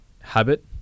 habit